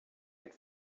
wird